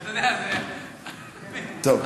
טוב,